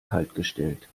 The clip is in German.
kaltgestellt